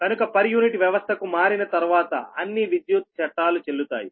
కనుక per unit వ్యవస్థకు మారిన తర్వాత అన్ని విద్యుత్ చట్టాలు చెల్లుతాయి